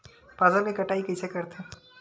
फसल के कटाई कइसे करथे?